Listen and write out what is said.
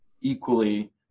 equally